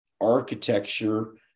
architecture